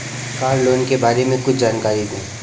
Car loan के बारे में कुछ जानकारी दें?